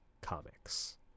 comics